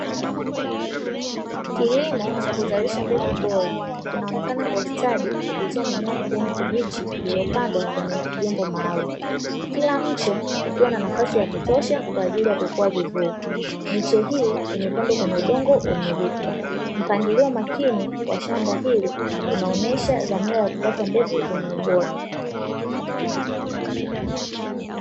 Kilimo cha kuzalisha mbegu bora, kinaonekana kwa ustadi kupitia mimea ya kijani kibichi iliyopandwa kwenye vyombo maalumu, kila mche ukiwa na nafasi ya kutosha kwa ajili ya kukua vizuri. Miche hii imepandwa kwenye udongo wenye rutuba. Mpangilio makini wa shamba hili unaonesha dhamira ya kupata mbegu zenye ubora.